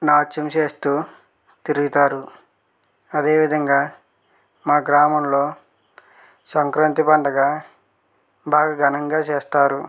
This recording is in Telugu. నాట్యం చేస్తూ తిరుగుతారు అదే విధంగా మా గ్రామంలో సంక్రాంతి పండగ బాగా ఘణంగా చేస్తారు